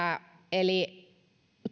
eli